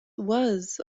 was